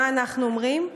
מה אנחנו אומרים?